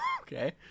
okay